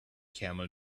camel